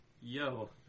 Yo